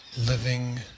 living